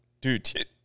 Dude